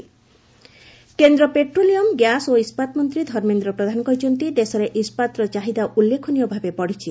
ପ୍ରଧାନ କେନ୍ଦ୍ର petroleum gas ଓ ଇସ୍କାତ ମନ୍ତ୍ରୀ ଧର୍ମେନ୍ଦ୍ର ପ୍ରଧାନ କହିଛନ୍ତି ଦେଶରେ ଇସ୍କାଦର ଚାହିଦା ଉଲ୍ଲେଖନୀୟ ଭାବେ ବଢ଼ିଛି